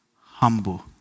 humble